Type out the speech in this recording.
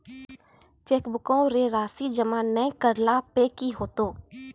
चेकबुको के राशि जमा नै करला पे कि होतै?